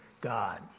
God